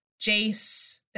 Jace